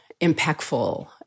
impactful